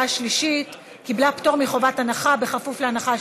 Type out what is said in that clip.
מוועדת החוקה,